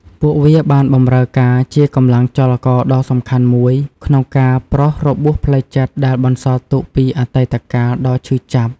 ពួកវាបានបម្រើការជាកម្លាំងចលករដ៏សំខាន់មួយ ក្នុងការប្រោសរបួសផ្លូវចិត្តដែលបន្សល់ទុកពីអតីតកាលដ៏ឈឺចាប់។